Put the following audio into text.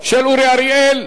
של אורי אריאל?